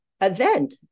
event